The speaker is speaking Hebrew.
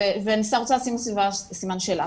ואני רוצה לשים סביבה סימן שאלה.